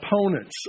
opponents